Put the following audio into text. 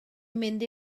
mynd